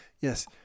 yes